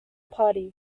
party